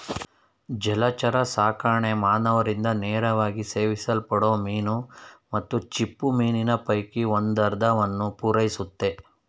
ಜಲಚರಸಾಕಣೆ ಮಾನವರಿಂದ ನೇರವಾಗಿ ಸೇವಿಸಲ್ಪಡೋ ಮೀನು ಮತ್ತು ಚಿಪ್ಪುಮೀನಿನ ಪೈಕಿ ಒಂದರ್ಧವನ್ನು ಪೂರೈಸುತ್ತೆ